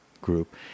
group